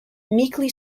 meekly